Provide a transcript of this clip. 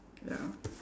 ya